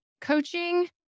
coaching